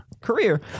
career